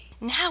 Now